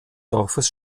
dorfes